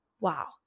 wow